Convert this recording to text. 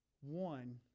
one